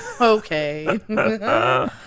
Okay